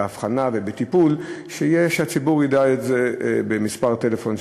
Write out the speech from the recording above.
באבחנה ובטיפול, שהציבור ידע שקיים מספר טלפון.